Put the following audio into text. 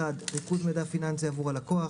(1) ריכוז מידע פיננסי בעבור הלקוח,